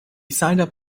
signed